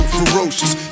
ferocious